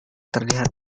terlihat